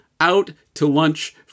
out-to-lunch